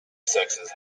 sexes